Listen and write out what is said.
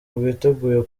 rwiteguye